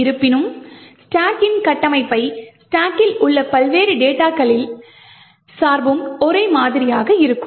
இருப்பினும் ஸ்டாக்கின் கட்டமைப்பும் ஸ்டாக்கில் உள்ள பல்வேறு டேட்டாக்களின் சார்பும் ஒரே மாதிரியாக இருக்கும்